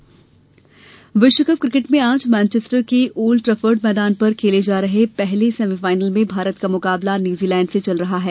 cricket विश्वकप cricket में आज मैनचेस्टर के ओल्ड ट्रेफर्ड मैदान पर खेले जा रहे पहले सेमीफाइनल में भारत का मुकाबला न्यूजीलैंड से चल रहा है